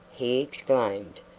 he exclaimed,